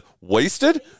wasted